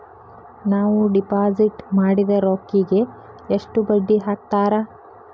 ನಾವು ಡಿಪಾಸಿಟ್ ಮಾಡಿದ ರೊಕ್ಕಿಗೆ ಎಷ್ಟು ಬಡ್ಡಿ ಹಾಕ್ತಾರಾ?